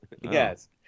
yes